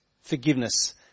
forgiveness